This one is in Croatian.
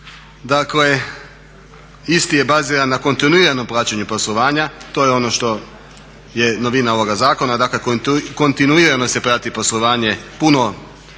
Dakle, isti je baziran na kontinuiranom praćenju poslovanja to je ono što je novina ovoga zakona, dakle kontinuirano se prati poslovanje puno